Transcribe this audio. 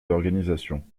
d’organisation